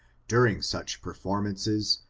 during such performances,